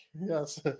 Yes